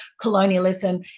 colonialism